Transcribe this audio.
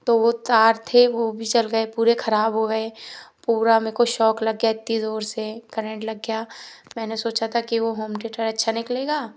तो वो तार थे वो भी जल गए पूरे ख़राब हो गए पूरा मेरे को शॉक लग गया इतनी ज़ोर से करेंट लग गया मैंने सोचा था कि वो होम थेटर अच्छा निकलेगा